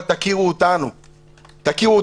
אבל תכירו אותנו האזרחים,